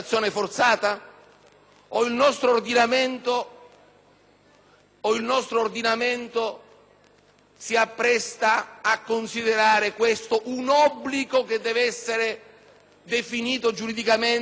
o il nostro ordinamento si appresta a considerare questo un obbligo che deve essere definito giuridicamente anche contro la volontà del soggetto?